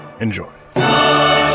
enjoy